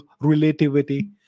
relativity